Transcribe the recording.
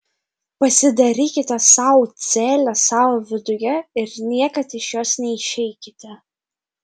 pasidarykite sau celę savo viduje ir niekad iš jos neišeikite